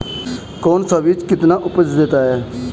कौन सा बीज कितनी उपज देता है?